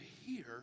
hear